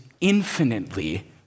infinitely